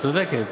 את צודקת,